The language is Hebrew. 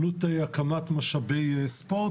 עלות הקמת משאבי ספורט,